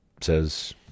says